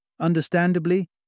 Understandably